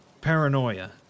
paranoia